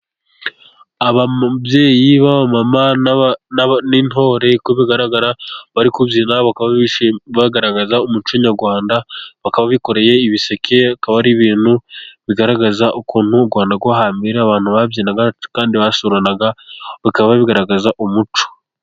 Ababyeyi b'abamama n'intore uko bigaragara bari kubyina . Bakaba bagaragaza umuco nyarwanda ,bakaba bikoreye ibiseke ,akaba ari ibintu bigaragaza ukuntu u Rwanda rwo hambere abantu babyinaga kandi basuranaga ,bikaba bigaragaza umuco